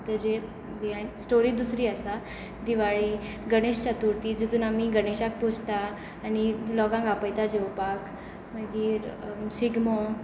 तेजें हें स्टोरी दुसरी आसा दिवाळी गणेश चतुर्ती जितून आमी गणेशाक पोजता आनी लोकांक आपयता जेवपाक मागीर शिगमो